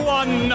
one